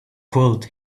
could